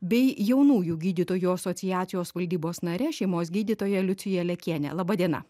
bei jaunųjų gydytojų asociacijos valdybos nare šeimos gydytoja liucija lekiene laba diena